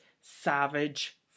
savage